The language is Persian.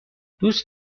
دوست